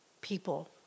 people